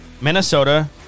Minnesota